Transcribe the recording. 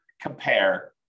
compare